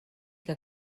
que